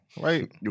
right